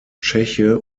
tscheche